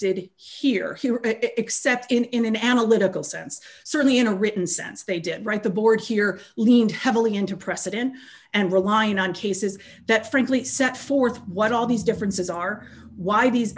did here except in an analytical sense certainly in a written sense they didn't write the board here lean heavily into precedent and relying on cases that frankly set forth what all these differences are why these